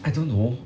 I don't know